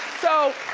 so